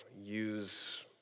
use